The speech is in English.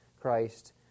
Christ